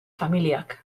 familiak